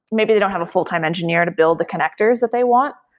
maybe they don't have a full-time engineer to build the connectors that they want.